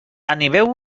animeu